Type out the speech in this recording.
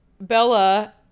Bella